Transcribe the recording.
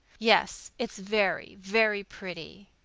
yes, it's very, very pretty.